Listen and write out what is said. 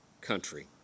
country